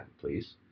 please